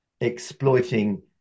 exploiting